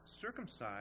circumcised